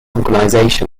organization